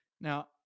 Now